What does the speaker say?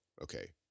Okay